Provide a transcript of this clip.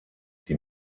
die